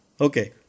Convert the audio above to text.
Okay